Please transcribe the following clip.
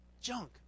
junk